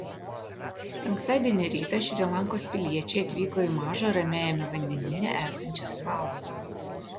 penktadienio rytą šri lankos piliečiai atvyko į mažą ramiajame vandenyne esančią salą